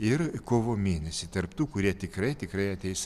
ir kovo mėnesį tarp tų kurie tikrai tikrai ateis